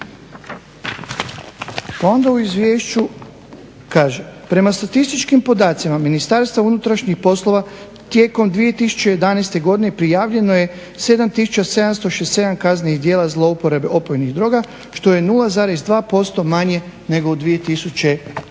Pa onda u izvješću kaže prema statističkim podacima Ministarstvu unutrašnjih poslova tijekom 2011. godine prijavljeno je 7676 kaznenih djela zlouporabe opojnih droga što je 0,2% manje nego u 2010.